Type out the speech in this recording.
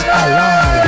alive